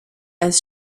als